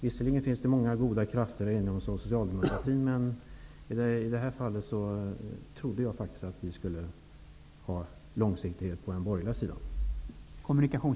Visserligen finns det många goda krafter inom socialdemokratin, men i det här fallet trodde jag faktiskt att vi skulle ha långsiktighet på den borgerliga sidan.